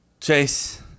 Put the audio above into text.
chase